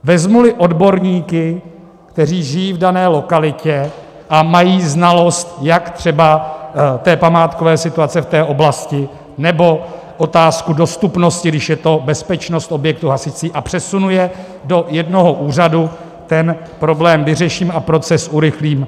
Vezmuli odborníky, kteří žijí v dané lokalitě a mají znalost, jak třeba památkové situace v té oblasti, nebo otázku dostupnosti, když je to bezpečnost objektu hasicí, a přesunu je do jednoho úřadu, ten problém vyřeším a proces urychlím.